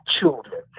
children